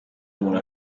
umuntu